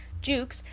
jukes,